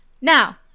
Now